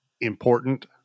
important